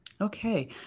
Okay